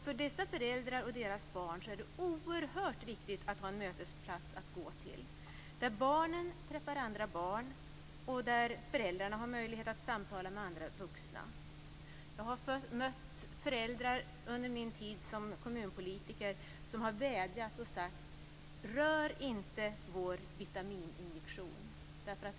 För dessa föräldrar och deras barn är det oerhört viktigt att ha en mötesplats att gå till där barnen träffar andra barn och där föräldrarna har möjlighet att samtala med andra vuxna. Jag har mött föräldrar under min tid som kommunpolitiker som har vädjat och sagt: Rör inte vår vitamininjektion!